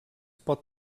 pot